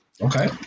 Okay